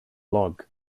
log